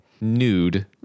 Nude